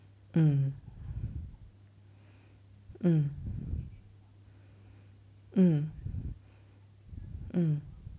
mm mm mm mm